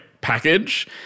Package